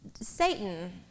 Satan